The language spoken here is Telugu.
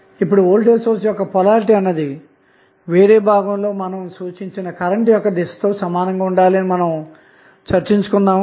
ఇప్పుడు వోల్టేజ్ సోర్స్ యొక్క పొలారిటీ అన్నది వేరే భాగంలో మనం సూచించిన కరెంటు యొక్క దిశతో సమానంగా ఉండాలని మనం చర్చించుకున్నాము